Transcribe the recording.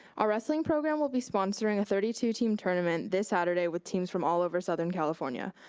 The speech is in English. our wrestling program will be sponsoring a thirty two team tournament this saturday with teams from all over southern california.